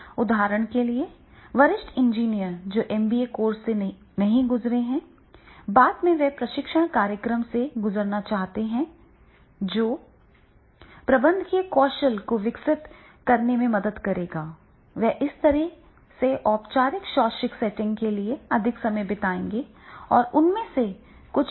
उदाहरण के लिए वरिष्ठ इंजीनियर जो एमबीए कोर्स से नहीं गुजरे हैं बाद में वे प्रशिक्षण कार्यक्रम से गुजरना चाहते हैं जो प्रबंधकीय कौशल को विकसित करने में मदद करेगा वे इस तरह के औपचारिक शैक्षिक सेटिंग्स के लिए अधिक समय बिताएंगे और उनमें से कुछ पीएचडी के लिए भी जाएंगे